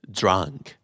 drunk